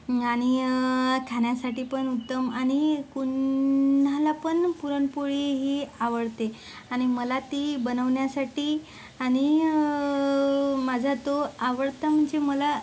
आणि खाण्यासाठी पण उत्तम आणि कुन्हाला पण पुरणपोळी ही आवडते आणि मला ती बनवण्यासाठी आणि माझा तो आवडता म्हणजे मला